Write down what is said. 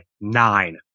Nine